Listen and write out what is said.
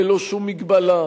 ללא שום מגבלה,